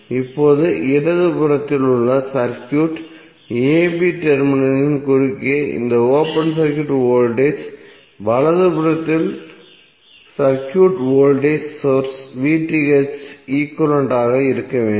இப்போது இடதுபுறத்தில் உள்ள சர்க்யூட் a b டெர்மினலின் குறுக்கே இந்த ஓபன் சர்க்யூட் வோல்டேஜ் வலதுபுறத்தில் உள்ள சர்க்யூட்டில் வோல்டேஜ் சோர்ஸ் க்கு ஈக்விவலெண்ட் ஆக இருக்க வேண்டும்